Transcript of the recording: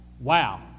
wow